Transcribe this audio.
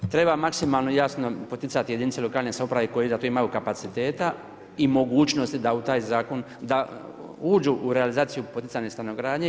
Treba maksimalno jasno poticati jedinice lokalne samouprave koji za to imaju kapaciteta i mogućnosti da u taj zakon, da uđu u realizaciju poticajne stanogradnje.